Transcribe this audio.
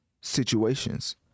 situations